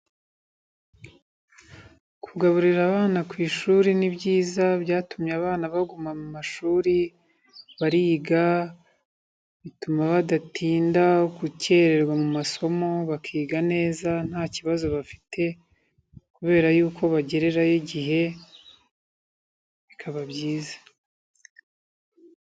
Kugaburira abana ku ishuri ni byiza byatumye abana baguma mu mashuri bariga, bituma badatinda gukererwa mu masomo bakiga neza nta kibazo bafite kubera yuko bagereyo igihe bikaba byiza.